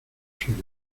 suyo